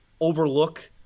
overlook